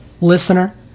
listener